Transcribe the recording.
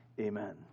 amen